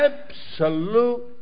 Absolute